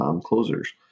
closers